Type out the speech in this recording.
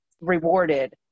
rewarded